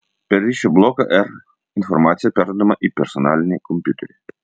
per ryšio bloką r informacija perduodama į personalinį kompiuterį